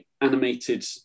animated